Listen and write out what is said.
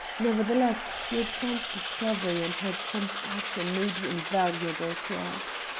nevertheless, your chance discovery and her prompt action may be invaluable to us.